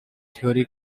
theory